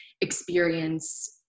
experience